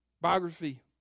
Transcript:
biography